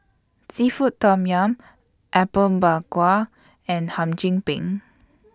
Seafood Tom Yum Apom Berkuah and Hum Chim Peng